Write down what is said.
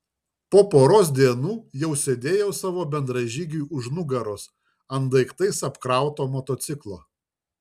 po poros dienų jau sėdėjau savo bendražygiui už nugaros ant daiktais apkrauto motociklo